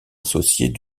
associée